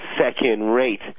second-rate